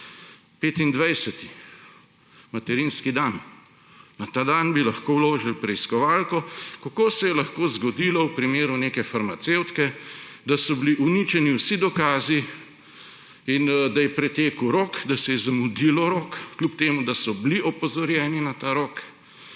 − materinski dan. Na ta dan bi lahko vložili preiskovalko. Kako se je lahko zgodilo v primeru neke farmacevtke, da so bili uničeni vsi dokazi in da je pretekel rok, da se je zamudilo rok, čeprav so bili opozorjeni na ta rok